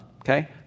okay